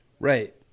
Right